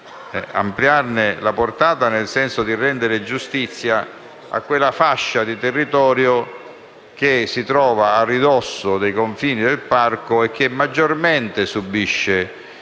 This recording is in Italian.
ampliarne la portata, nel senso di rendere giustizia a quella fascia di territorio che si trova a ridosso dei confini del parco e che maggiormente subisce,